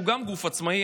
שהוא גם גוף עצמאי,